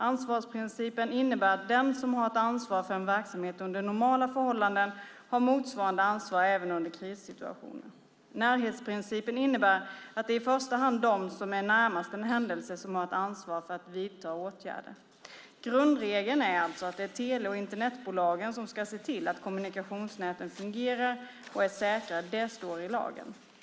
Ansvarsprincipen innebär att den som har ett ansvar för en verksamhet under normala förhållanden har motsvarande ansvar även under krissituationer. Närhetsprincipen innebär att det i första hand är de som är närmast en händelse som har ett ansvar för att vidta åtgärder. Grundregeln är alltså att det är tele och Internetbolagen som ska se till att kommunikationsnäten fungerar och är säkra - det står i lagen.